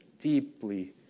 deeply